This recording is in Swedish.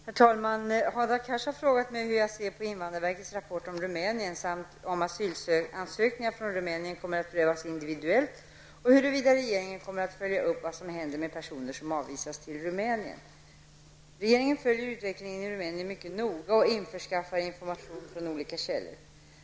Herr talman! Hadar Cars har frågat mig hur jag ser på invandrarverkets rapport om Rumänien samt om asylansökningar av rumäner kommer att prövas individuellt och huruvida regeringen kommer att följa upp vad som händer med personer som avvisas till Rumänien. Regeringen följer utvecklingen i Rumänien mycket noga och införskaffar information från olika källor.